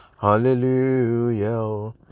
hallelujah